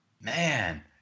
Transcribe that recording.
Man